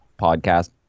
podcast